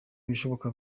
ibishoboka